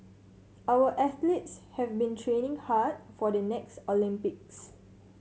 our athletes have been training hard for the next Olympics